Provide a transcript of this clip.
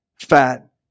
fat